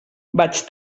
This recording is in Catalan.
vaig